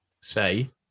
say